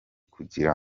kugira